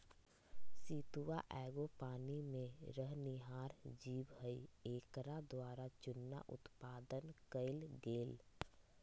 सितुआ एगो पानी में रहनिहार जीव हइ एकरा द्वारा चुन्ना उत्पादन कएल गेल